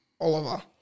Oliver